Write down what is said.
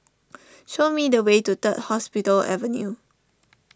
show me the way to Third Hospital Avenue